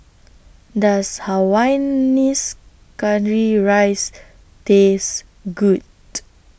Does Hainanese Curry Rice Taste Good